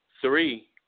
Three